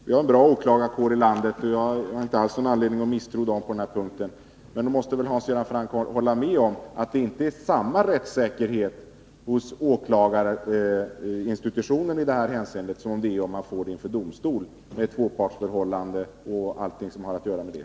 Vi har en bra åklagarkår i landet, och jag har inte alls någon anledning att misstro åklagarna på den här punkten. Men nog Vidgad använd måste väl Hans Göran Franck hålla med om att det inte är samma ning av strafföre rättssäkerhet hos åklagarinstitutionen i det här hänseendet som det är om läggande man får ärendet inför domstol, med tvåpartsförhållande och allt som har att göra med det.